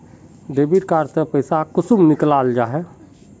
Debit card से पैसा कुंसम निकलाल जाहा?